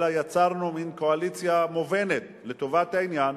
אלא יצרנו מין קואליציה מובנית לטובת העניין,